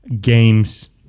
games